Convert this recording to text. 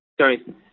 Sorry